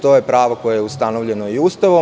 To je pravo koje je ustanovljeno i Ustavom.